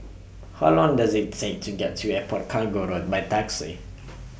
How Long Does IT Take to get to Airport Cargo Road By Taxi